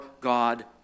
God